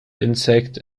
insect